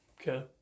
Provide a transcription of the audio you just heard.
Okay